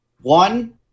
one